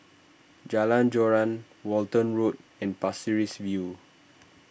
Jalan Joran Walton Road and Pasir Ris View